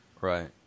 Right